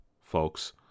folks